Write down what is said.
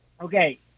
Okay